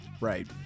Right